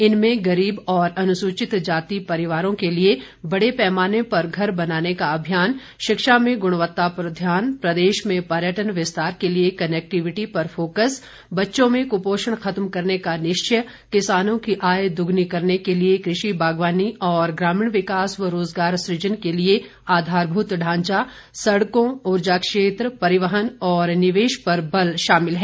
इनमें गरीब और अनुसूचित जाति परिवारों के लिए बड़े पैमाने पर घर बनाने का अभियान शिक्षा में गुणवत्ता पर ध्यान प्रदेश में पर्यटन विस्तार के लिए कनेक्टिविटी पर फोक्स बच्चों में कुपोषण खत्म करने का निश्चय किसानों की आय दोगुनी करने के लिए कृ षि बागवानी और ग्रामीण विकास और रोजगार सुजन के लिए आधारभूत ढांचा सड़कों ऊर्जा क्षेत्र परिवहन और निवेश पर बल शामिल है